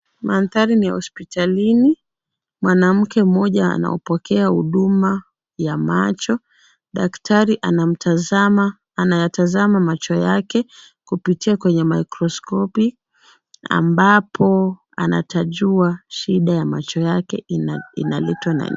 Mandhari ni ya hospitalini. Mwanamke mmoja anapokea huduma ya macho. Daktari anayatazama macho yake kupitia kwenye mikroskopi ambapo atajua shida ya macho yake inaletwa na nini.